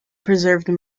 preserved